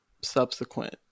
subsequent